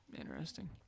interesting